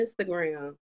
Instagram